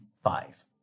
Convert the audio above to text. Five